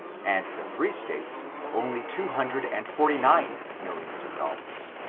and the free states only two hundred and forty-nine millions of dollars.